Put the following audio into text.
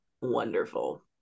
wonderful